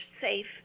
safe